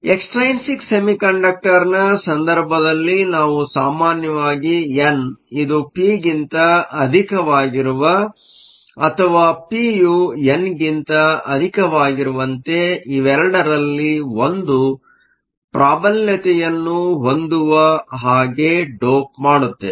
extrinsic semiconductor ನ ಸಂದರ್ಭದಲ್ಲಿ ನಾವು ಸಾಮಾನ್ಯವಾಗಿ ಎನ್ ಇದು ಪಿಗಿಂತ ಅಧಿಕವಾಗಿರುವ ಅಥವಾ ಪಿಯು ಎನ್ ಗಿಂತ ಅಧಿಕವಾಗಿರುವಂತೆ ಇವರೆಡರಲ್ಲಿ ಒಂದು ಪ್ರಾಬಲ್ಯತೆಯನ್ನು ಹೊಂದುವ ಹಾಗೇ ಡೋಪ್ ಮಾಡುತ್ತೇವೆ